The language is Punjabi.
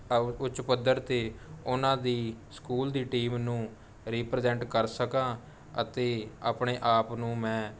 ਅਵ ਉੱਚ ਪੱਧਰ 'ਤੇ ਉਨ੍ਹਾਂ ਦੀ ਸਕੂਲ ਦੀ ਟੀਮ ਨੂੰ ਰੀਪ੍ਰਜੈਂਟ ਕਰ ਸਕਾਂ ਅਤੇ ਆਪਣੇ ਆਪ ਨੂੰ ਮੈਂ